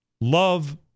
Love